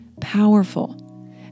powerful